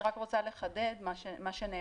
אני רק רוצה לחדד מה שנאמר,